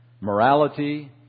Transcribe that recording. morality